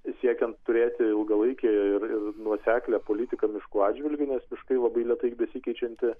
siekiant turėti ilgalaikę ir ir nuoseklią politiką miškų atžvilgiu nes miškai labai lėtai besikeičianti